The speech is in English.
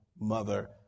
mother